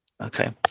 Okay